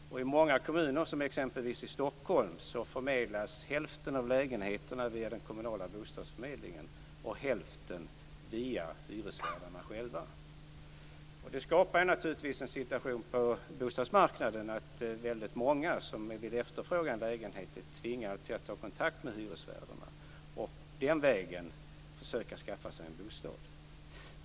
I många kommuner, exempelvis Stockholm, förmedlas hälften av lägenheterna via den kommunala bostadsförmedlingen och hälften via hyresvärdarna själva. Detta skapar naturligtvis situationen på bostadsmarknaden att väldigt många som efterfrågar lägenheter är tvingade att ta kontakt med hyresvärdarna för att den vägen försöka att skaffa sig en bostad.